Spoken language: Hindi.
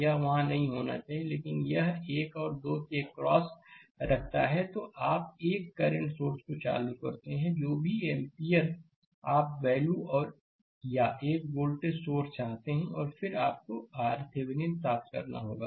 यह वहाँ नहीं होना चाहिए लेकिन यह 1 और 2 के एक्रॉस रखता है या तो आप एक करंट सोर्स को चालू करते हैं जो भी एम्पीयर आप वैल्यू और या एक वोल्टेज सोर्स चाहते हैं और फिर आपको RThevenin प्राप्त करना होगा